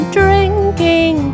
drinking